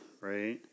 right